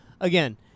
again